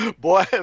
Boy